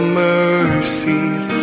mercies